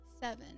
seven